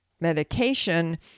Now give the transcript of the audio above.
medication